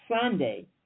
Sunday